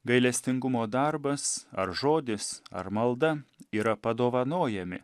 gailestingumo darbas ar žodis ar malda yra padovanojami